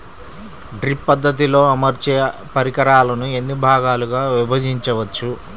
Drip పద్ధతిలో అమర్చే పరికరాలను ఎన్ని భాగాలుగా విభజించవచ్చు?